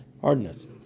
hardness